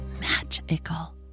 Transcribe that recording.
magical